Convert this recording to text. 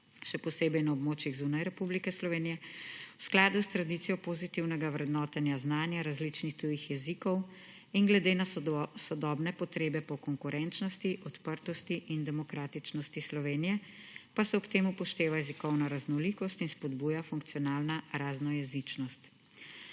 še posebej na območjih zunaj Republike Slovenije. V skladu s tradicijo pozitivnega vrednotenja znanja različnih tujih jezikov in glede na sodobne potrebe po konkurenčnosti, odprtosti in demokratičnosti Slovenije pa se ob tem upošteva jezikovna raznolikost 89. TRAK: (NB) – 16.20 (Nadaljevanje)